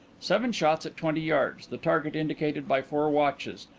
seven shots at twenty yards, the target indicated by four watches,